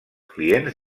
clients